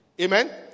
Amen